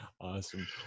Awesome